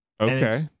Okay